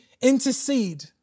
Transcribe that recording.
intercede